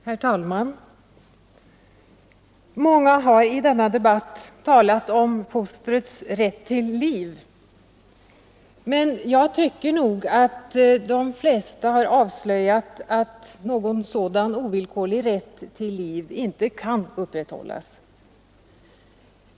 Herr talman! Många har i denna debatt talat om fostrets rätt till liv. Men samtidigt har de avslöjat att någon sådan ovillkorlig rätt inte kan upprätthållas.